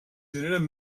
generen